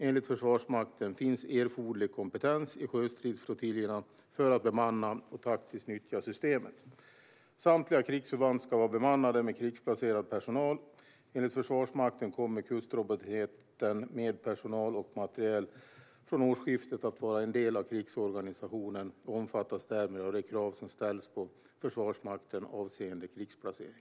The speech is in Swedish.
Enligt Försvarsmakten finns erforderlig kompetens i sjöstridsflottiljerna för att bemanna och taktiskt nyttja systemet. Samtliga krigsförband ska vara bemannade med krigsplacerad personal. Enligt Försvarsmakten kommer kustrobotenheten med personal och materiel från årsskiftet att vara en del av krigsorganisationen och omfattas därmed av de krav som ställs på Försvarsmakten avseende krigsplacering.